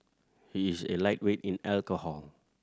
he is a lightweight in alcohol